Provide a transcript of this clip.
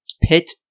pit